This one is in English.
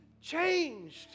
changed